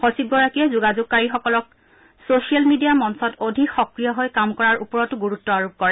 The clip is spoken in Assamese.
সচিবগৰাকীয়ে যোগাযোগকাৰীসকলক ছচিয়েল মিডিয়াৰ মঞ্চত অধিক সক্ৰিয় হৈ কাম কৰাৰ ওপৰতো গুৰুত্ব আৰোপ কৰে